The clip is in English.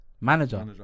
manager